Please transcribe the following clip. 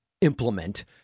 implement